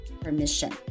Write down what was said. permission